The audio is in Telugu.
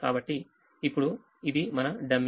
కాబట్టి ఇప్పుడు ఇది మన డమ్మీ